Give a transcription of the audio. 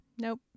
nope